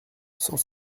cent